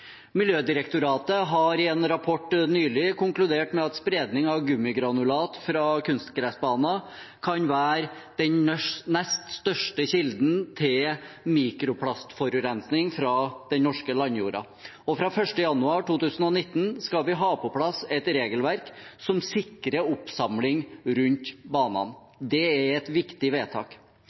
Miljødirektoratet har i en rapport nylig konkludert med at gummigranulat fra kunstgressbaner kan være den nest største kilden til mikroplastforurensning fra den norske landjorda, og fra 1. januar 2019 skal vi ha på plass et regelverk som sikrer oppsamling rundt banene. Det er et viktig vedtak.